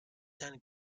and